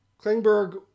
Klingberg